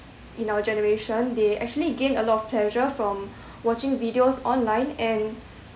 in our generation they actually gain a lot of pleasure from watching videos online and